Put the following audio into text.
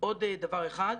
עוד דבר אחד.